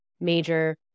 major